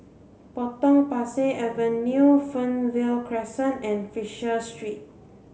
Potong Pasir Avenue Fernvale Crescent and Fisher Street